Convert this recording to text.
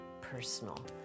personal